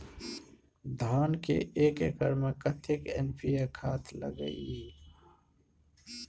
धान के एक एकर में कतेक एन.पी.ए खाद लगे इ?